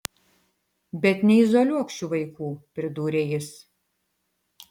bet neizoliuok šių vaikų pridūrė jis